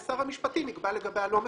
ושר המשפטים יקבע לגבי הלא מפוקחים.